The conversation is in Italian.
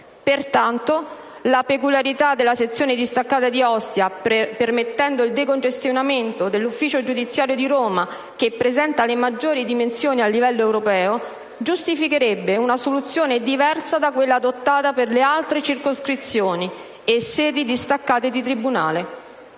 Pertanto, la peculiarità della sezione distaccata di Ostia, permettendo il decongestionamento dell'ufficio giudiziario di Roma che presenta le maggiori dimensioni a livello europeo, giustificherebbe una soluzione diversa da quella adottata per le altre circoscrizioni e sedi distaccate di tribunale.